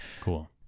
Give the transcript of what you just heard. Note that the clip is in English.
cool